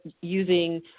using